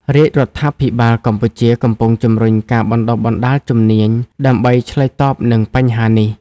រាជរដ្ឋាភិបាលកម្ពុជាកំពុងជំរុញការបណ្ដុះបណ្ដាលជំនាញដើម្បីឆ្លើយតបនឹងបញ្ហានេះ។